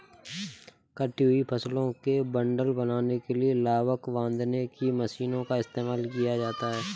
कटी हुई फसलों के बंडल बनाने के लिए लावक बांधने की मशीनों का इस्तेमाल किया जाता है